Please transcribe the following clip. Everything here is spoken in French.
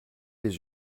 les